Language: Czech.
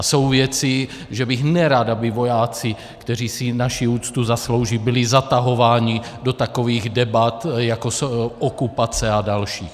Jsou věci, že bych nerad, aby vojáci, kteří si naši úctu zaslouží, byli zatahováni do takových debat jako okupace a další.